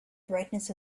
brightness